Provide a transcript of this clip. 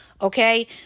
Okay